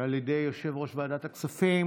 על ידי יושב-ראש ועדת הכספים,